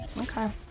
Okay